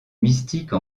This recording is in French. mystique